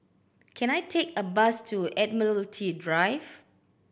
can I take a bus to Admiralty Drive